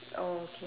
oh okay